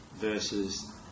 versus